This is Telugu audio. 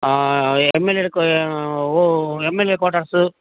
అఅఅఅఅ ఎంఎల్ఏ ఓ ఎంఎల్ఏ క్వార్టర్సు